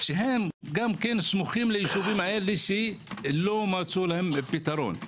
הם סמוכים לישובים האלה שלא מצאו להם פתרון.